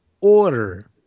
order